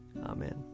Amen